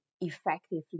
effectively